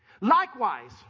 Likewise